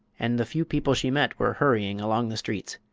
and the few people she met were hurrying along the streets.